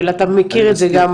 אתה מכיר את זה גם.